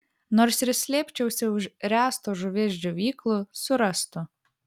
nors ir slėpčiausi už ręsto žuvies džiovyklų surastų